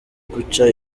guca